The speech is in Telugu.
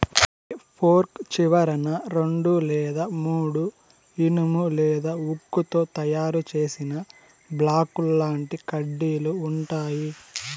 హె ఫోర్క్ చివరన రెండు లేదా మూడు ఇనుము లేదా ఉక్కుతో తయారు చేసిన బాకుల్లాంటి కడ్డీలు ఉంటాయి